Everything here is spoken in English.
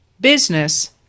business